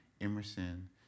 Emerson